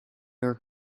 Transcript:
door